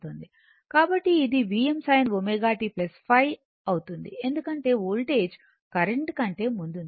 కాబట్టి ఇది Vm sin ω t ϕ అవుతుంది ఎందుకంటే వోల్టేజ్ కరెంట్ కంటే ముందుంది